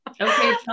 Okay